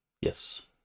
Yes